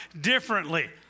differently